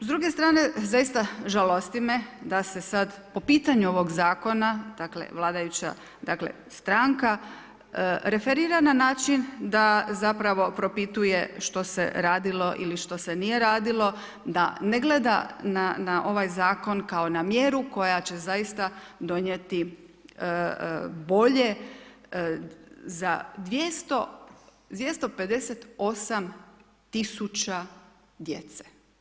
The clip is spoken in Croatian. S druge strane, zaista žalosti me, da se sad po pitanju ovog zakona, dakle, vladajuća dakle, stranka, referira na način, da zapravo propituje što se radilo ili što se nije radilo, da ne gleda na ovaj zakon kao na mjeru, koja će zaista donijeti bolje za 258000 djece.